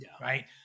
right